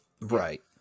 Right